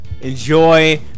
Enjoy